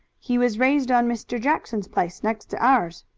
he was raised on mr. jackson's place next to ours.